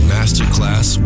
Masterclass